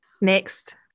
next